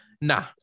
nah